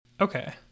Okay